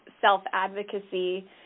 self-advocacy